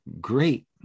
Great